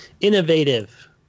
innovative